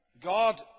God